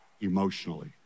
emotionally